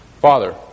Father